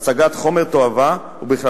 הצעת חוק חשובה זו,